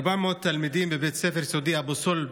400 תלמידים בבית הספר היסודי אבו סולב,